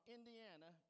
Indiana